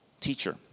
teacher